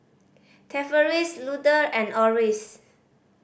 Tavaris Luther and Orris